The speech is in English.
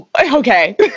Okay